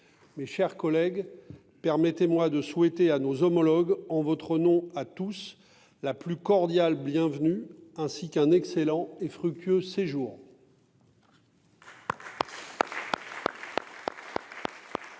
Mes chers collègues, permettez-moi de souhaiter à nos homologues, en votre nom à tous, la plus cordiale bienvenue, ainsi qu'un excellent et fructueux séjour.